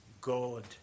God